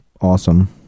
awesome